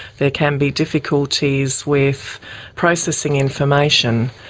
there can be difficulties with processing information,